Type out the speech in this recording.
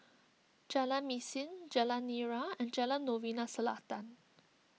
Jalan Mesin Jalan Nira and Jalan Novena Selatan